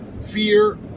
fear